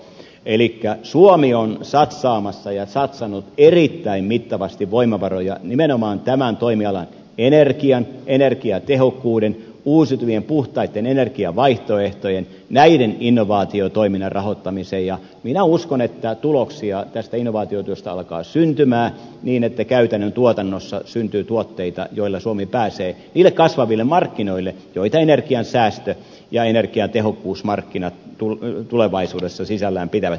elikkä suomi on satsaamassa ja satsannut erittäin mittavasti voimavaroja nimenomaan tämän toimialan energian energiatehokkuuden uusiutuvien puhtaitten energiavaihtoehtojen innovaatiotoiminnan rahoittamiseen ja minä uskon että tuloksia tästä innovaatiotyöstä alkaa syntyä niin että käytännön tuotannossa syntyy tuotteita joilla suomi pääsee niille kasvaville markkinoille joita energiansäästö ja energiatehokkuusmarkkinat tulevaisuudessa sisällään pitävät